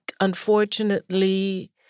unfortunately